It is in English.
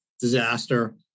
disaster